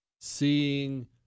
seeing